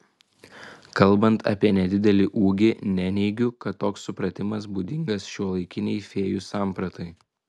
kalbant apie nedidelį ūgį neneigiu kad toks supratimas būdingas šiuolaikinei fėjų sampratai